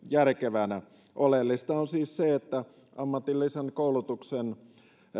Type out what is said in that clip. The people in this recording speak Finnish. järkevänä oleellista on siis se että ammatillisen koulutuksen